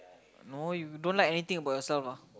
no you don't like anything about yourself lah